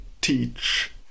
teach